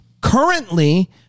currently